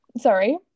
Sorry